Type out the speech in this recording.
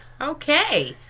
Okay